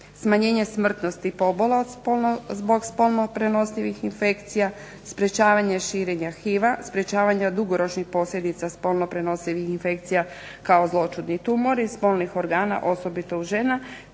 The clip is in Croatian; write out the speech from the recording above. smanjenje smrtnosti i pobola zbog spolno prenosivih infekcija, sprečavanje širenja HIV-a, sprečavanje dugoročnih posljedica spolno prenosivih infekcija kao zloćudni tumori spolnih organa, osobito u žena